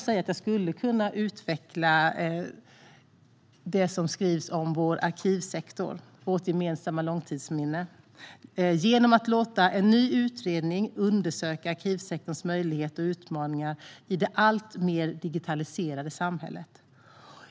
Jag skulle kunna utveckla det som skrivs om att låta en ny utredning undersöka arkivsektorns, vårt gemensamma långtidsminnes, möjligheter och utmaningar i det alltmer digitaliserade samhället.